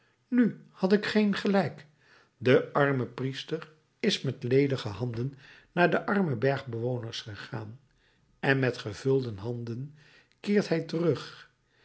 nu had ik geen gelijk de arme priester is met ledige handen naar de arme bergbewoners gegaan en met gevulde handen keert hij terug